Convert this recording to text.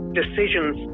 decisions